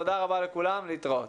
תודה רבה לכולם, להתראות.